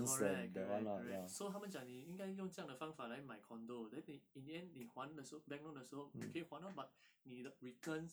correct correct correct so 他们讲你应该用这样的方法来买 condo then 你 in the end 你还的时候 bank loan 的时候你可以还 lor but 你的 returns